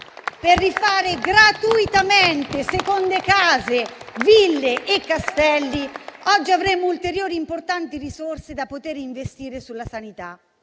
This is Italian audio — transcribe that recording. per rifare gratuitamente seconde case, ville e castelli, oggi avremmo ulteriori importanti risorse da poter investire sulla sanità.